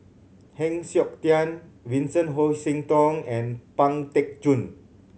Heng Siok Tian Vincent Hoisington and Pang Teck Joon